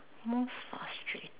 more frustrated